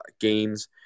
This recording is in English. games